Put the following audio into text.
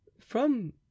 From